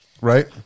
Right